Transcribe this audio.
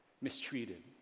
mistreated